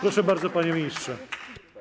Proszę bardzo, panie ministrze.